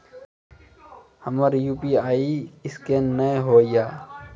हमर UPI scan नेय हो या?